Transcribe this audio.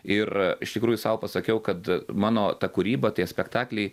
ir iš tikrųjų sau pasakiau kad mano ta kūryba tie spektakliai